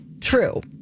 true